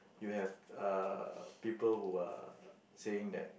you have uh people who are saying that